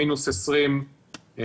של מינוס 20 מעלות,